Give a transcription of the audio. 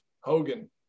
Hogan